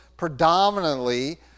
predominantly